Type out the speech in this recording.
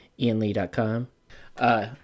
ianlee.com